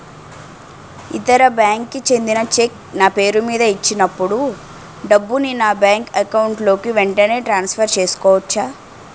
ఇతర బ్యాంక్ కి చెందిన చెక్ నా పేరుమీద ఇచ్చినప్పుడు డబ్బుని నా బ్యాంక్ అకౌంట్ లోక్ వెంటనే ట్రాన్సఫర్ చేసుకోవచ్చా?